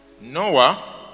Noah